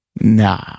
Nah